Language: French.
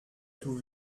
tout